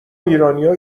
ایرانیا